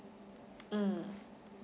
mm